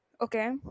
Okay